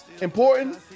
Important